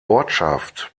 ortschaft